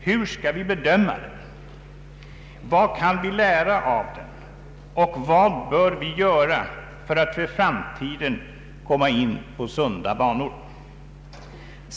Hur skall vi bedöma den, vad kan vi lära av den och vad bör vi göra för att för framtiden komma in på sunda banor?